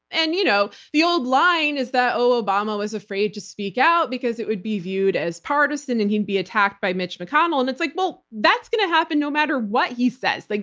and you know the old line is that, oh, obama was afraid to speak out because it would be viewed as partisan and he'd be attacked by mitch mcconnell. and it's like, well, that's going to happen no matter what he says. like